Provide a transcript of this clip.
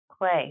place